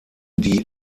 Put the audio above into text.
die